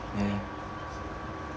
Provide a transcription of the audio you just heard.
ya